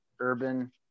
urban